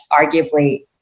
arguably